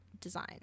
design